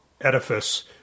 edifice